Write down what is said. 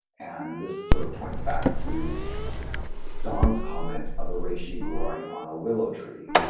and this sort of points back to don's comment of a reishi growing on a willow tree,